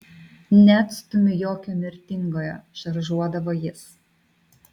neatstumiu jokio mirtingojo šaržuodavo jis